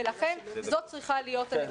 ולכן זאת צריכה להיות הנקודה.